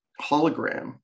hologram